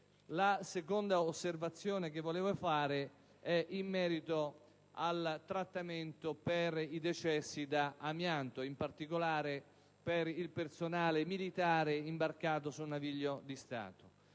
La seconda disposizione su cui volevo soffermarmi riguarda il trattamento per i decessi da amianto, in particolare per il personale militare imbarcato sul naviglio di Stato.